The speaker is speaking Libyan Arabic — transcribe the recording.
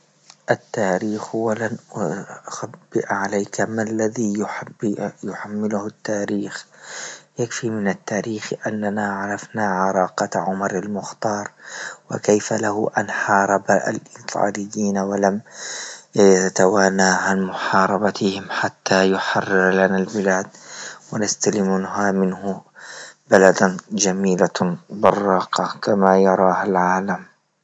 التاريخ أخبأ عليك ما الذي يح- يحمله التاريخ، يكفي من التاريخ أننا عرفنا عراقة عمر المختار وكيف له أن حارب الإطالين ولم يتوانى عن محاربتهم حتى يحرر لنا البلاد ونستلمها منه بلدا جميلة براقة كما يراها العنام.